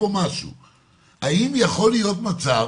האם יכול להיות מצב